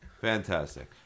Fantastic